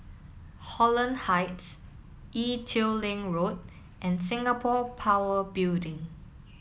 Holland Heights Ee Teow Leng Road and Singapore Power Building